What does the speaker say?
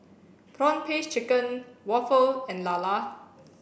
prawn paste chicken waffle and Lala